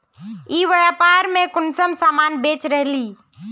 ई व्यापार में कुंसम सामान बेच रहली?